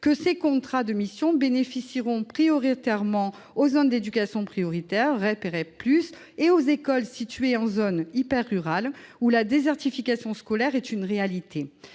que ces contrats de mission bénéficieront prioritairement aux zones d'éducation prioritaire- REP et REP+ -et aux écoles situées en zones hyper-rurales, où la désertification scolaire est une réalité.